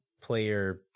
player